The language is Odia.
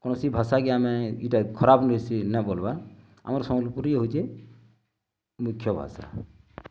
କୌଣସି ଭାଷାକେ ଆମେ ଇଟା ଖରାପ୍ ନାଇଁସି ନାଇଁ ବୋଲ୍ବା ଆମର୍ ସମ୍ବଲପୁରୀ ହଉଚେ ମୁଖ୍ୟ ଭାଷା